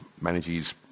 manages